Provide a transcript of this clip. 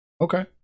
Okay